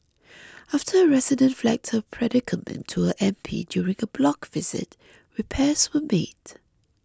after a resident flagged her predicament to her M P during a block visit repairs were made